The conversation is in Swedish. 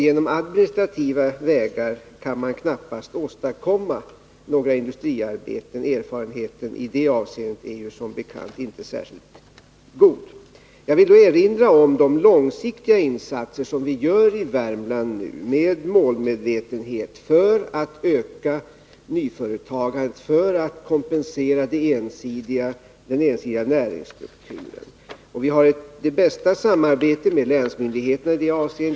På administrativa vägar kan man knappast åstadkomma några industriarbeten. Erfarenheten i det avseendet är som bekant inte särskilt god. Jag vill erinra om de långsiktiga insatser som vi gör i Värmland nu med målmedvetenhet för att öka nyföretagandet, för att kompensera den ensidiga näringsstrukturen. Vi har det bästa samarbete med länsmyndigheterna i det avseendet.